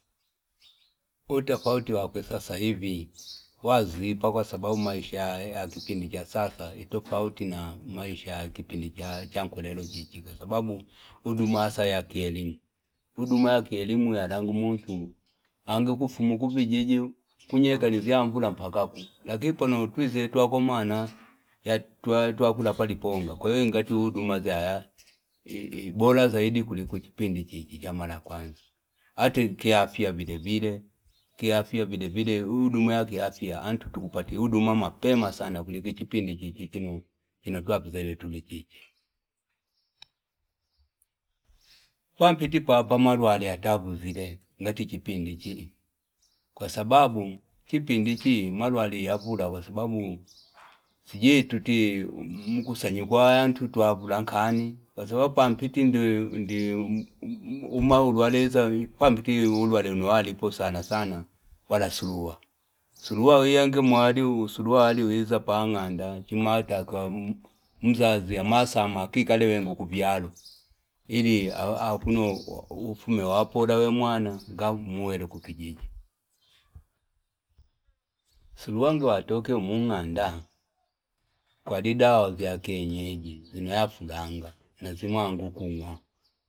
Utafauti wakwe sasa hivi, wazipa kwa sababu maisha ya kipindija sasa. Utafauti na maisha ya kipindija chanko lelo chichi. Kwa sababu udumasa ya kielimu. Udumasa ya kielimu ya langumutu. Angi kufumukubi jiju. Kunye kanizi ya mkula mpakaku. Laki pono utuize tuwa kumana ya tuwa kulapali ponga. Kwayo ingati udumasa ya bola zaidi kuli kuchipindi chichi ya mana kwani. Ati kiafia bidebide. Kiafia bidebide. Udumea kiafia. Antutumupati. Udumama pema sana kuli kuchipindi chichi. Kino, kino tuwa kuzele tulichichi. Pampiti papa maru wale hatabu zile. Nga kuchipindi chichi. Kwa sababu, kuchipindi chichi maru wale yabura. Wasababu, sijie tuti mungu sanyugwa. Antutu wabura kani. Wasaba pampiti ndi umuru wale hiza. Pampiti umuru wale unua lipo sana sana wala sulua. Sulua yange mwali, sulua yange wali wiza panganda. Chimata kwa mzazi ya masa makikalewe mkufihalo. Hili, hafuno, ufumewa hapo udawemu ana. Nga mwele kupijiji. Sulua ndiwa toke umunga anda. Kwali dawaz ya kenyeje. Zina yafu danga. Nazimuangufuma.